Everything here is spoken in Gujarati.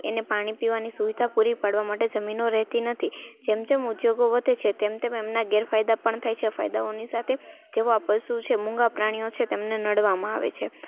એને પાણી પીવાની સુવિધા પુરી પાડવાં માટે જમીનો રહેતી નથી જેમ જેમ ઉદ્યોગો વધે છે તેમ તેમ એમનાં ગેરફાયદા પણ થાય છે ફાયદાઓની સાથે જેવો આ પશુઓ છે મૂંગા પ્રાણીઓ છે તેમને નડવામાં આવે છે